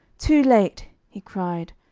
too late he cried,